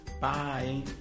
Bye